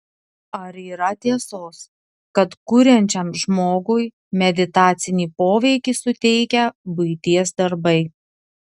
ar yra tiesos kad kuriančiam žmogui meditacinį poveikį suteikia buities darbai